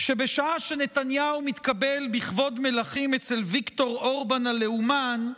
שבשעה שנתניהו מתקבל בכבוד מלכים אצל ויקטור אורבן הלאומן,